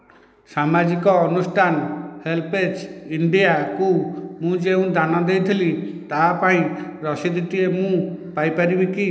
ସାମାଜିକ ଅନୁଷ୍ଠାନ ହେଲ୍ପେଜ୍ ଇଣ୍ଡିଆକୁ ମୁଁ ଯେଉଁ ଦାନ ଦେଇଥିଲି ତା'ପାଇଁ ରସିଦଟିଏ ମୁଁ ପାଇପାରିବି କି